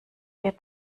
ihr